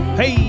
hey